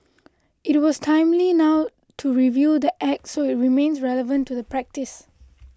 it was timely now to review the Act so it remains relevant to the practice